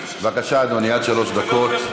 בבקשה, אדוני, עד שלוש דקות.